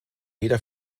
jeder